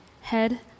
head